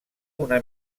una